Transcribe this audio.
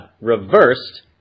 reversed